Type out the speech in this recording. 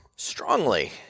Strongly